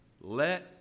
Let